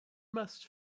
must